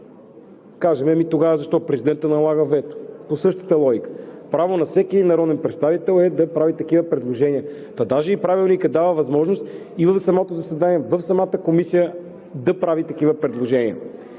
кажем: ами тогава защо президентът налага вето? По същата логика. Право на всеки един народен представител е да прави такива предложения, даже и Правилникът дава възможност и в самото заседание, в самата Комисия да се правят такива предложения.